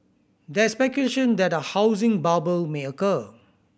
there is speculation that a housing bubble may occur